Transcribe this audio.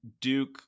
Duke